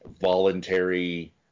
voluntary